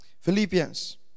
philippians